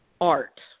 art